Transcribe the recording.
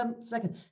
second